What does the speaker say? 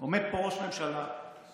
עומד פה ראש ממשלה היום,